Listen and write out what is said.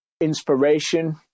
Inspiration